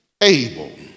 able